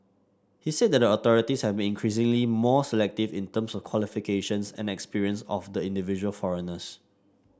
he said that the authorities have been increasingly more selective in terms of qualifications and experience of the individual foreigners